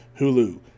hulu